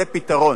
זה פתרון.